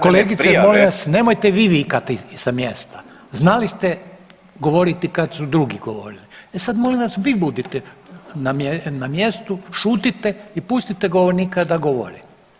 Kolegice molim vas nemojte vi vikati sa mjesta, znali ste govoriti kad su drugi govorili, e sad molim vas vi budite na mjestu, šutite i pustite govornika da govori.